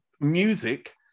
music